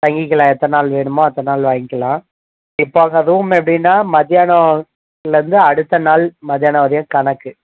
தங்கிக்கலாம் எத்தனை நாள் வேணுமோ அத்தனை நாள் வாங்கிக்கிலாம் இப்போது அங்கே ரூம் எப்படின்னா மத்தியானத்துலருந்து அடுத்த நாள் மத்தியானம் வரையும் கணக்கு